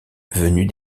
venus